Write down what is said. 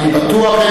אני בטוח.